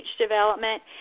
development